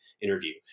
interview